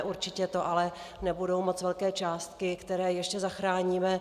Určitě to ale nebudou moc velké částky, které ještě zachráníme.